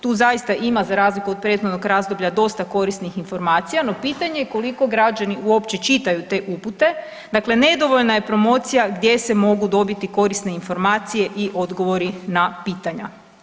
Tu zaista ima za razliku od prethodnog razdoblja dosta korisnih informacija, no pitanje je koliko građani uopće čitaju te upute, dakle nedovoljna je promocija gdje se mogu dobiti korisne informacije i odgovori na pitanja.